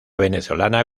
venezolana